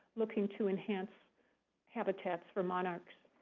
looking to enhance habitats for monarchs.